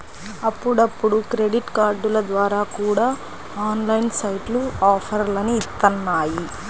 అప్పుడప్పుడు క్రెడిట్ కార్డుల ద్వారా కూడా ఆన్లైన్ సైట్లు ఆఫర్లని ఇత్తన్నాయి